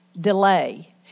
Delay